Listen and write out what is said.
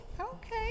Okay